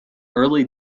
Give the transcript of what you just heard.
early